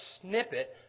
snippet